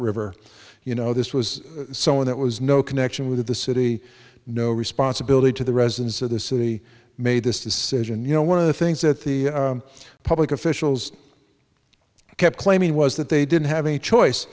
river you know this was someone that was no connection with the city no responsibility to the residents of the city made this decision you know one of the things that the public officials kept claiming was that they didn't have a choice